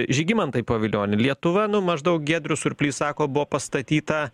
žygimantai pavilioni lietuva nu maždaug giedrius surplys sako buvo pastatyta